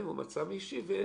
השאלות